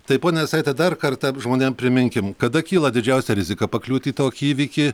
tai ponia jasaite dar kartą žmonėm priminkim kada kyla didžiausia rizika pakliūti į tokį įvykį